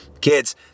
kids